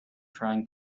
trying